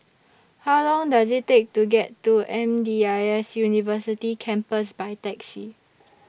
How Long Does IT Take to get to M D I S University Campus By Taxi